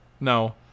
no